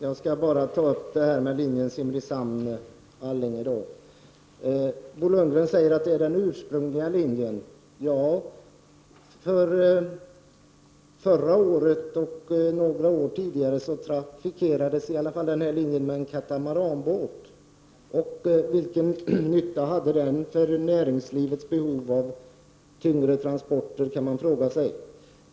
Herr talman! Jag skall bara ta upp linjen Simrishamn —Allinge. Bo Lundgren säger att detta är den ursprungliga linjen. Under förra året och några år tidigare trafikerades denna linje med en katamaranbåt. Man kan fråga vilken nytta den hade för näringslivets behov av tyngre transporter.